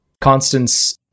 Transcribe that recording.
Constance